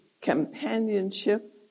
companionship